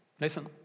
Listen